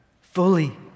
fully